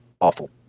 awful